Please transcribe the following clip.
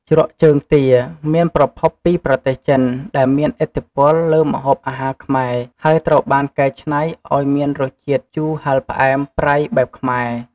ជ្រក់ជើងទា មានប្រភពពីប្រទេសចិន ដែលមានឥទ្ធិពលលើម្ហូបអាហារខ្មែរ ហើយត្រូវបានកែច្នៃឱ្យមានរសជាតិជូរហឹរផ្អែមប្រៃបែបខ្មែរ។